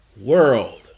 world